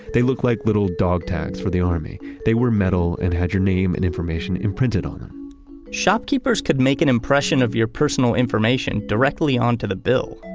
they look like little dog tags for the army. they were metal and had your name and information imprinted on them shopkeepers could make an impression of your personal information directly onto the bill,